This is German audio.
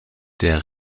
der